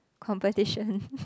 competition